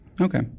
Okay